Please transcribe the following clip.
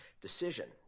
decision